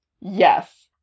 Yes